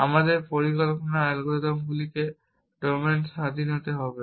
আমাদের পরিকল্পনার অ্যালগরিদমগুলিকে ডোমেন স্বাধীন হতে হবে